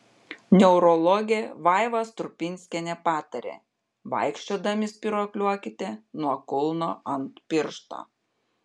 neurologė vaiva strupinskienė patarė vaikščiodami spyruokliuokite nuo kulno ant piršto